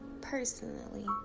personally